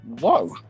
whoa